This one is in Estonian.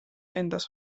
endas